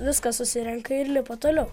viską susirenka ir lipa toliau